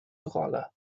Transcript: rolle